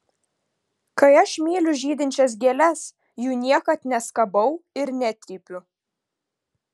kai aš myliu žydinčias gėles jų niekad neskabau ir netrypiu